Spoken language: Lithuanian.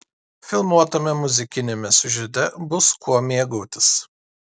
filmuotame muzikiniame siužete bus kuo mėgautis